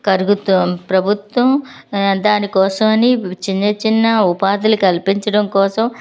కరుగుతూ ప్రభుత్వం దానికోసమని చిన్న చిన్న ఉపాధులు కల్పించడం కోసం